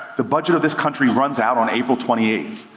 the budget of this country runs out on april twenty eight.